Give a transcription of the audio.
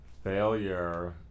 Failure